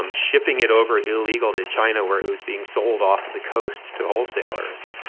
um shipping it over illegally to china, where it was being sold off of the coast to wholesalers.